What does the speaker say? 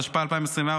התשפ"ה 2024,